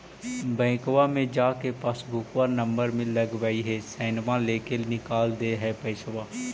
बैंकवा मे जा के पासबुकवा नम्बर मे लगवहिऐ सैनवा लेके निकाल दे है पैसवा?